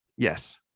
Yes